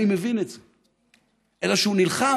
אני מבין את זה, אלא שהוא נלחם